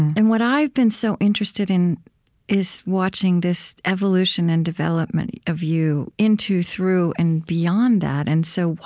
and what i've been so interested in is watching this evolution and development of you into, through, and beyond that, and so,